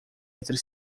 entre